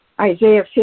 Isaiah